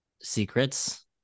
secrets